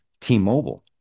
T-Mobile